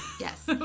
Yes